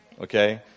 Okay